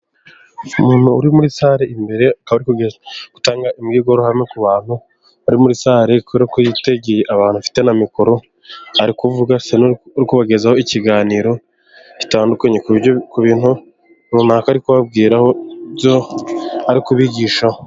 Umuntu uri muri sare imbere urigutanga imbwirwaruhame ku bantu bari muri sare kubera ko yitegeye abantu afite na mikoro ari kuvuga abagezaho ikiganiro gitandukanye ku bintu runaka ari kubabwira ibyo ari kubigishaho.